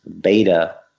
beta